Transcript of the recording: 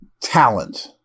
talent